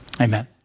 amen